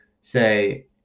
say